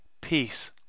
peace